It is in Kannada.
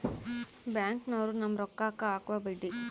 ಬ್ಯಾಂಕ್ನೋರು ನಮ್ಮ್ ರೋಕಾಕ್ಕ ಅಕುವ ಬಡ್ಡಿ